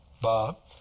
Bob